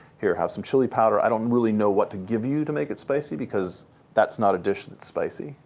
here, have some chili powder. i don't really know what to give you to make it spicy because that's not a dish that's spicy.